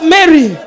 Mary